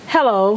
Hello